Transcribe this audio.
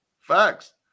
Facts